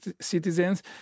citizens